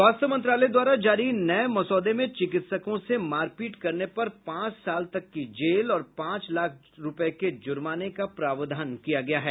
स्वास्थ्य मंत्रालय द्वारा जारी नये मसौदे में चिकित्सकों से मारपीट करने पर पांच साल तक की जेल और पांच लाख रूपये के जुर्माने का प्रावधान किया गया है